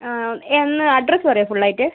ആ എന്ന് അഡ്രസ്സ് പറയുമോ ഫുള്ളായിട്ട്